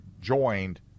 joined